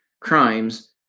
crimes –